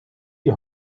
die